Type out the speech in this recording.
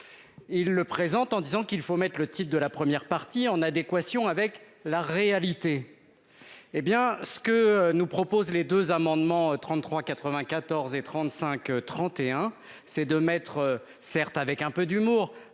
Ils le présentent en disant qu'il faut mettre le titre de la première partie en adéquation avec la réalité. Hé bien ce que nous proposent les 2 amendements, 33, 94 et 35 31. Ces 2 mètres, certes avec un peu d'humour.